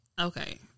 Okay